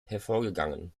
hervorgegangen